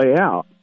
out